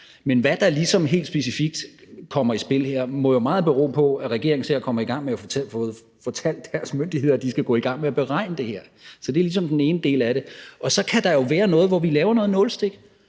Men hvad der ligesom helt specifikt kommer i spil her, må jo i høj grad bero på, at regeringen kommer i gang med at få fortalt deres myndigheder, at de skal gå i gang med at beregne det her. Så det er ligesom den ene del af det. Og så kan der jo være noget, hvor vi laver nogle nålestik.